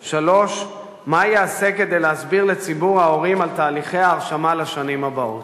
3. מה ייעשה כדי להסביר לציבור ההורים על תהליכי ההרשמה לשנים הבאות?